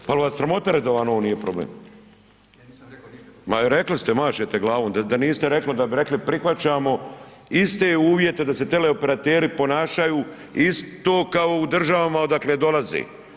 Pa je li vas sramota da vam ovo nije problem? ... [[Upadica se ne čuje.]] Ma rekli ste, mašete glavom, da niste rekli, onda bi rekli prihvaćamo iste uvjete da se teleoprateri ponašaju isto kao u državama odakle dolaze.